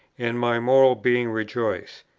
and my moral being rejoice.